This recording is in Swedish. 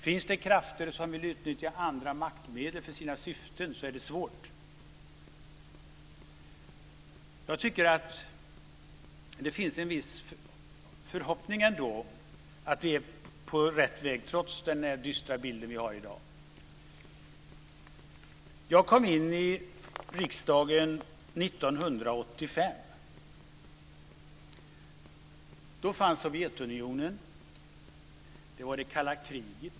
Finns det krafter som vill utnyttja andra maktmedel för sina syften är det svårt. Det finns ändå en viss förhoppning att vi är på rätt väg trots den dystra bild vi har i dag. Jag kom in i riksdagen år 1985. Då fanns Sovjetunionen och det kalla kriget.